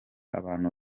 abantu